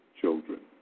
children